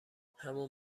همون